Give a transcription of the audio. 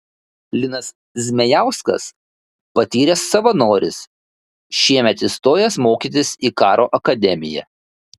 linas zmejauskas patyręs savanoris šiemet įstojęs mokytis į karo akademiją